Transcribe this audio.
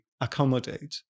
accommodate